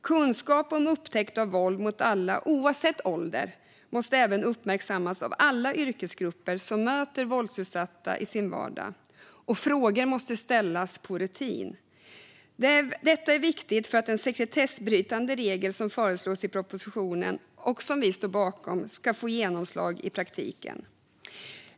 Kunskap om upptäckt av våld mot alla, oavsett ålder, måste även uppmärksammas av alla yrkesgrupper som möter våldsutsatta i sin vardag. Frågor måste ställas på rutin. Detta är viktigt för att den sekretessbrytande regel som föreslås i propositionen och som vi står bakom ska få genomslag i praktiken.